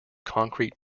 concrete